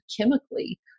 chemically